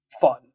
fun